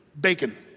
bacon